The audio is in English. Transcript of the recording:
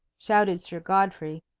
shouted sir godfrey.